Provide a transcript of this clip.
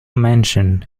mansion